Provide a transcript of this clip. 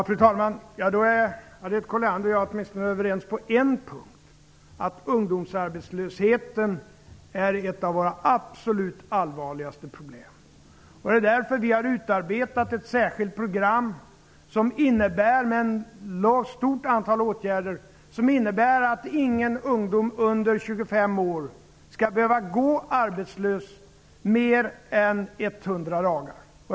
Fru talman! Harriet Colliander är åtminstone överens på en punkt: att ungdomsarbetslösheten är ett av våra absolut allvarligaste problem. Det är därför som vi har utarbetat ett särskilt program med ett stort antal åtgärder som innebär att inga ungdomar under 25 år skall behöva gå arbetslösa mer än 100 dagar.